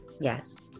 Yes